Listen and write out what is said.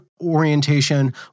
orientation